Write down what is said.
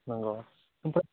नोंगौ ओमफ्राय